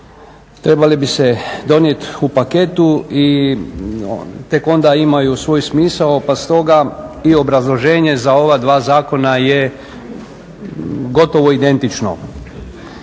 trebali bi se donijeti u paketu i tek onda imaju svoj smisao. Pa stoga i obrazloženje za ova dva zakona je gotovo identično.